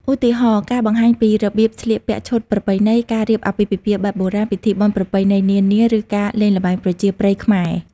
ឧទាហរណ៍ ការបង្ហាញពីរបៀបស្លៀកពាក់ឈុតប្រពៃណី ការរៀបអាពាហ៍ពិពាហ៍បែបបុរាណ ពិធីបុណ្យប្រពៃណីនានា ឬការលេងល្បែងប្រជាប្រិយខ្មែរ។